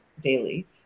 daily